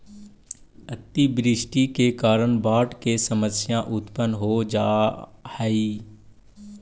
अतिवृष्टि के कारण बाढ़ के समस्या उत्पन्न हो जा हई